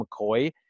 McCoy